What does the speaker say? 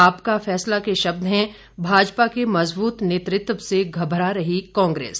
आपका फैसला के शब्द हैं भाजपा के मजबूत नेतृत्व से घबरा रही है कांग्रेस